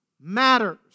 matters